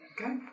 Okay